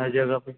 हर जगह पे